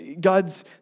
God's